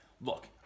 look